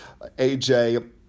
AJ